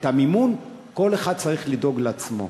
את המימון, כל אחד צריך לדאוג לעצמו.